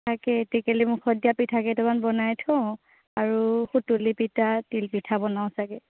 তাকে টেকেলীমুখত দিয়া পিঠা কেইটামান বনাই থওঁ আৰু সুতুলি পিঠা তিল পিঠা বনাম চাগে